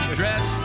dress